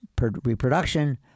reproduction